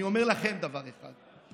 אני אומר לכם דבר אחד,